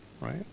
right